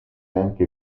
anche